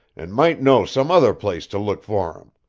and might know some other place to look for him.